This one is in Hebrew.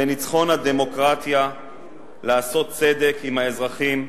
זה ניצחון הדמוקרטיה לעשות צדק עם האזרחים,